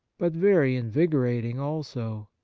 but very invigorating also.